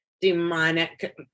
demonic